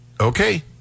okay